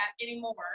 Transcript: anymore